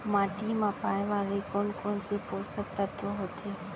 माटी मा पाए वाले कोन कोन से पोसक तत्व होथे?